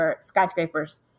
skyscrapers